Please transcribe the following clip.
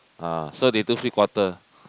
ah so they do three quarter